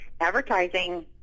Advertising